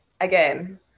again